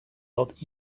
lot